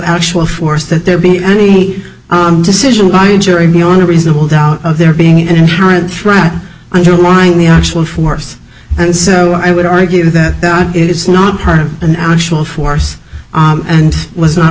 actual force that there be any decision by a jury beyond a reasonable doubt of there being an inherent threat underlying the actual force and so i would argue that it's not part of an actual force and was not